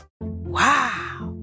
Wow